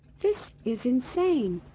this is insane!